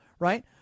Right